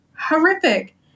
horrific